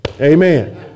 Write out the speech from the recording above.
Amen